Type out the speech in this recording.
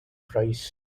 price